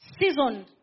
seasoned